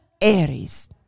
Aries